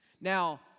Now